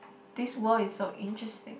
this world is so interesting